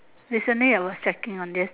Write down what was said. recently I was checking on this